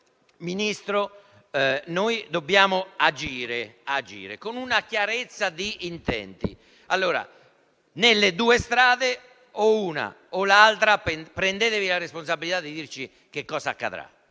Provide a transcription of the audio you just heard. Ministro, dobbiamo agire con una chiarezza di intenti. Nelle due strade - o l'una, o l'altra - prendetevi la responsabilità di dirci che cosa accadrà.